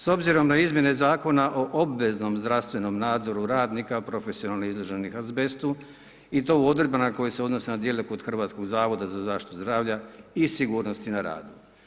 S obzirom na izmjene Zakona o obveznom zdravstvenom nadzoru radnika profesionalno izloženom azbestu, i to Odredba na koja se odnosi na dijelu kod Hrvatskog zavoda za zaštitu zdravlja i sigurnosti na radu.